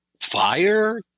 fire